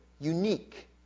unique